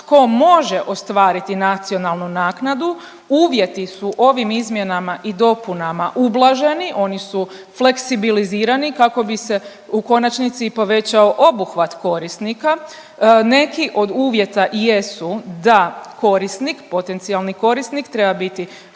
tko može ostvariti nacionalnu naknadu, uvjeti su ovim izmjenama i dopunama ublaženi, oni su fleksibilizirani kako bi se u konačnici i povećao obuhvat korisnika. Neki od uvjeta jesu da korisnik, potencijalni korisnik treba biti